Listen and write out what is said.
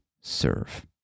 serve